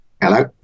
hello